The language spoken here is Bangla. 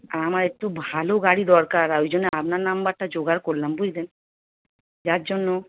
আমার একটু ভালো গাড়ি দরকার ওই জন্যে আপনার নাম্বারটা জোগাড় করলাম বুঝলেন যার জন্য